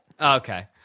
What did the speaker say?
Okay